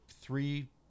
three